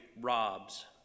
robs